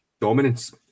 dominance